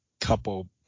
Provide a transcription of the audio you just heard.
couple